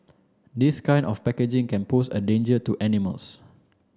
this kind of packaging can pose a danger to animals